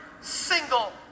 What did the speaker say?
single